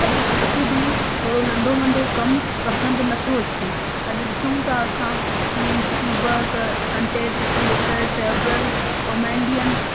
अॼु कंहिंखें बि थोरो नंढो वंडो कमु पसंदि नथो अचे अॼु ॾिसूं था असां की चूबर कर कंटेट क्रिएटर टेवरल कॉमेंडियन